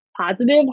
positive